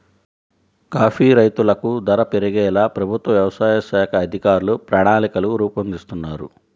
coffee రైతులకు ధర పెరిగేలా ప్రభుత్వ వ్యవసాయ శాఖ అధికారులు ప్రణాళికలు రూపొందిస్తున్నారు